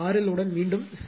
RL உடன் மீண்டும் செய்யவும்